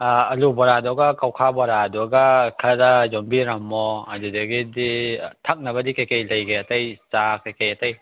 ꯑꯂꯨ ꯕꯣꯔꯥꯗꯨꯒ ꯀꯧꯈꯥ ꯕꯣꯔꯥꯗꯨꯒ ꯈꯔ ꯌꯣꯝꯕꯤꯔꯝꯃꯣ ꯑꯗꯨꯗꯒꯤꯗꯤ ꯊꯛꯅꯕꯗꯤ ꯀꯩꯀꯩ ꯂꯩꯒꯦ ꯑꯇꯩ ꯆꯥ ꯀꯩꯀꯩ ꯑꯇꯩ